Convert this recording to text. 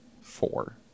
four